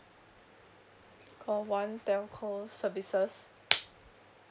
call one telco services